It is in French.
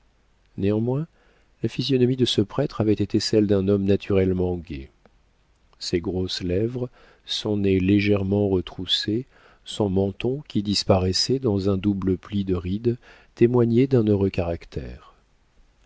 néanmoins la physionomie de ce prêtre avait été celle d'un homme naturellement gai ses grosses lèvres son nez légèrement retroussé son menton qui disparaissait dans un double pli de rides témoignaient d'un heureux caractère